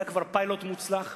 היה כבר פיילוט מוצלח.